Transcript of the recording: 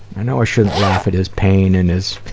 i know i shouldn't laugh at his pain and his